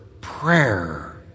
prayer